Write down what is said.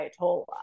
Ayatollah